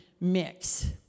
mix